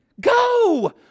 Go